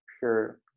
pure